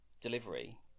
delivery